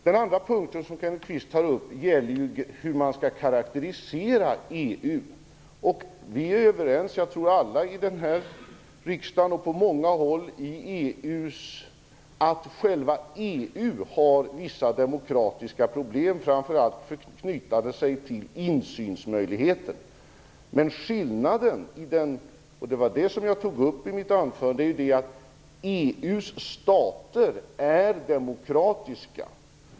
Den andra punkten som Kenneth Kvist tar upp gäller hur man skall karakterisera EU. Jag tror att alla här i riksdagen och många på andra håll i EU är överens om att själva EU har vissa demokratiska problem, framför allt knutna till insynsmöjligheten. Men skillnaden, som jag tog upp i mitt anförande, är att EU:s stater är demokratiska.